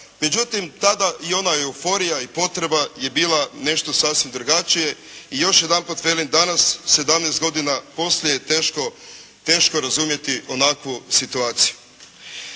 Međutim, i ona euforija i potreba je bila nešto sasvim drugačije i još jedanput velim, danas 17 godina je teško razumjeti onakvu situaciju.